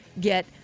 get